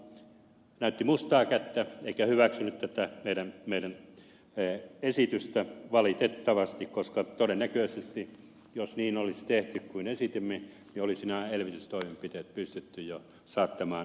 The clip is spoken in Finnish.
no hallitus näytti mustaa kättä eikä valitettavasti hyväksynyt tätä meidän esitystä koska todennäköisesti jos niin olisi tehty kuin esitimme olisi nämä elvytystoimenpiteet pystytty jo saattamaan käytäntöön